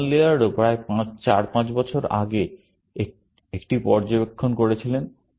জন লেয়ার্ডও প্রায় চার পাঁচ বছর আগে একটি পর্যবেক্ষণ করেছিলেন